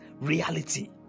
reality